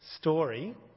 story